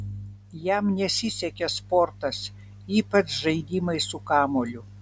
jam nesisekė sportas ypač žaidimai su kamuoliu